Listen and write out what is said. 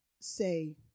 say